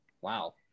wow